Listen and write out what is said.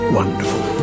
wonderful